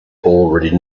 already